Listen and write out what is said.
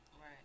Right